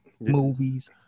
movies